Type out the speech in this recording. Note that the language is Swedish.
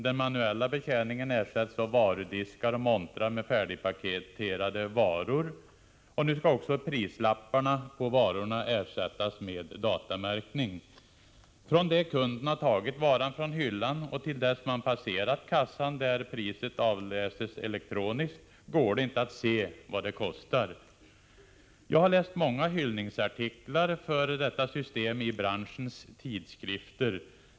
Den manuella betjäningen ersätts av varudiskar och montrar med färdigpaketerade varor. Nu skall också prislapparna på varorna ersättas med datamärkning. Från det att kunden har tagit varan från hyllan och till dess kunden passerat kassan, där priset avläses elektroniskt, går det inte att se vad varan kostar. Jag har läst många hyllningsartiklar för detta system i branschens tidskrifter.